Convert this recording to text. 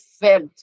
felt